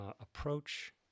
approach